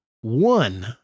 one